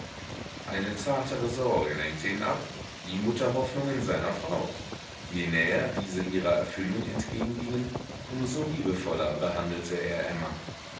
eine zartere sorge lenkte ihn ab die mutterhoffnungen seiner frau je näher diese ihrer erfüllung entgegengingen um so liebevoller behandelte er emma